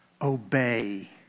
Obey